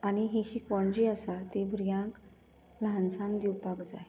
आनी ही शिकवण जी आसा ती भुरग्यांक ल्हान सावन दिवपाक जाय